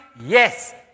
Yes